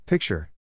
Picture